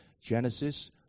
Genesis